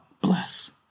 bless